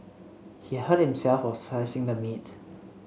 he hurt himself while slicing the meat